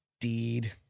deed